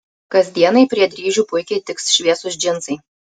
kasdienai prie dryžių puikiai tiks šviesūs džinsai